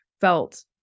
felt